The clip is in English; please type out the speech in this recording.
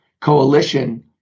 coalition